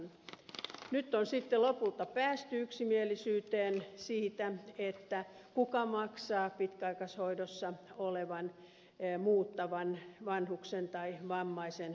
nyt on sitten lopulta päästy yksimielisyyteen siitä kuka maksaa pitkäaikaishoidossa olevan muuttavan vanhuksen tai vammaisen kustannukset